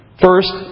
First